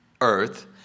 earth